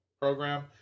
program